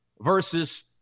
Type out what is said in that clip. versus